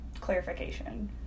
clarification